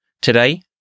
Today